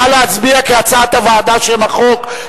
נא להצביע כהצעת הוועדה על שם החוק.